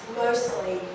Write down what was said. mostly